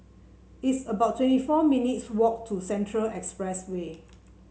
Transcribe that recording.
it's about twenty four minutes' walk to Central Expressway